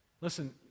Listen